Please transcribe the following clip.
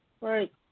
Right